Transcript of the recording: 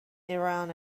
iran